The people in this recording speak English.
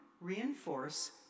reinforce